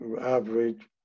average